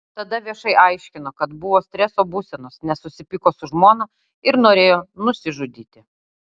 tada viešai aiškino kad buvo streso būsenos nes susipyko su žmona ir norėjo nusižudyti